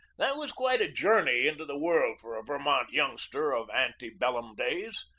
that was quite a journey into the world for a vermont young ster of ante-bellum days.